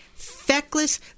feckless